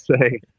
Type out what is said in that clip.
say